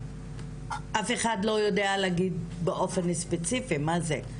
ואף אחד לא יודע להגיד באופן ספציפי מה זה.